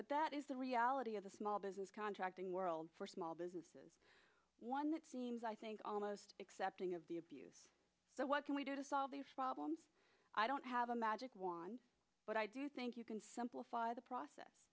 but that is the reality of the small business contracting world for small businesses one that seems i think almost accepting of the abuse so what can we do to solve these problems i don't have a magic wand but i do think you can simplify the process